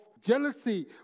jealousy